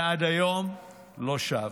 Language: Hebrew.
ועד היום לא שב".